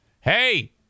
Hey